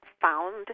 found